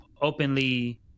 openly